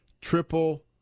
triple